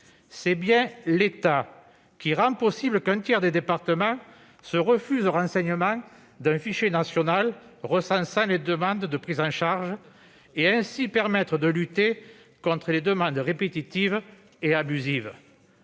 C'est bien l'État qui rend possible qu'un tiers des départements se refusent à renseigner un fichier national recensant les demandes de prise en charge, et permettant ainsi de lutter contre les demandes répétitives et abusives.